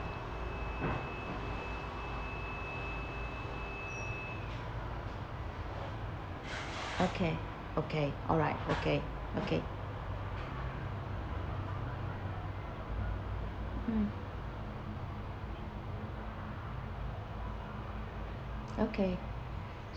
okay okay alright okay okay okay